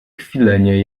kwilenie